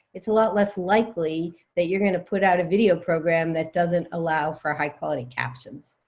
it's a lot less likely that you're going to put out a video program that doesn't allow for high-quality captions,